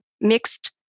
mixed